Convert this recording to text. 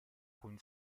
con